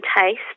taste